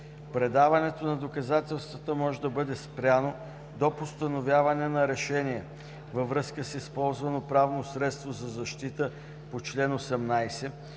Предаването на доказателствата може да бъде спряно до постановяване на решение във връзка с използвано правно средство за защита по чл. 18,